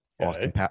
Austin